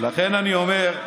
לכן אני אומר,